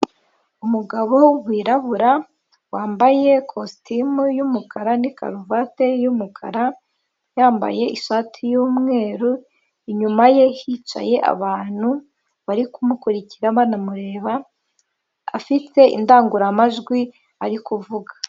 Umugabo wirabura wambaye ikositimu y'umukara n'ikaruvati y'umukara yambaye ishati y'umweru inyuma ye hicaye abantu bari kumukurikira banamureba ,afite indangururamajwi ari kuvuga.